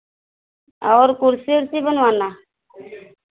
और कुर्सी उर्सी बनवाना